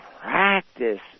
practice